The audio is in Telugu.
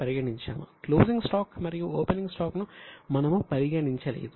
రా మెటీరియల్ ను మనము పరిగణించలేదు